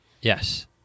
Yes